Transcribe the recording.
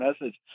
message